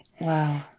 Wow